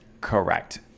Correct